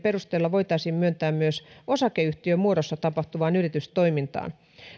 voitaisiin osakeyhtiömuodossa tapahtuvaan yritystoimintaan